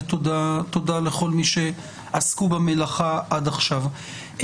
תודה לכל מי שעסקו במלאכה עד עכשיו.